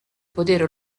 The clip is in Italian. potere